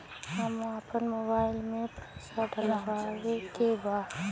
हम आपन मोबाइल में पैसा डलवावे के बा?